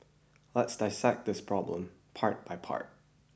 let's dissect this problem part by part